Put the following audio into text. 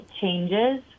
changes